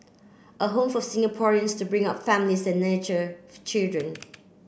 a home for Singaporeans to bring up families and nurture for children